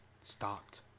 stopped